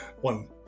one